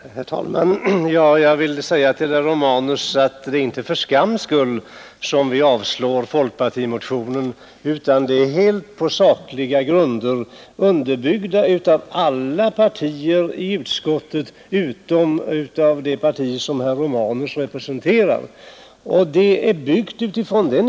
Herr talman! Jag vill säga till herr Romanus att det är inte för skams skull vi avstyrkt folkpartimotionen utan det är helt på sakliga grunder, underbyggda av alla partier i utskottet utom av det parti som herr Romanus representerar.